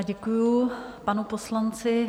Děkuji panu poslanci.